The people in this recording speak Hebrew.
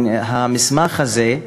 המסמך הזה,